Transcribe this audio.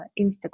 Instagram